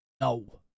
No